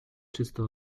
czysto